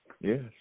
yes